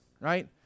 right